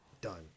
Done